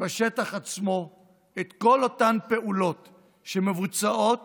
בשטח עצמו את כל אותן פעולות שמבוצעות